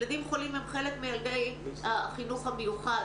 ילדים חולים הם חלק מילדי החינוך המיוחד.